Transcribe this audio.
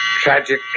Tragic